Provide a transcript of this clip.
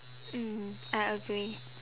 mm I agree